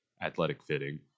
athletic-fitting